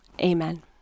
Amen